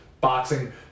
boxing